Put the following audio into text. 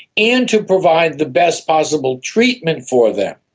and to provide the best possible treatment for them.